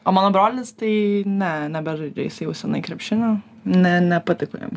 o mano brolis tai ne nebežaidžia jisai jau senai krepšinio ne nepatiko jam